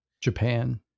Japan